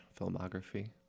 filmography